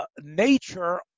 nature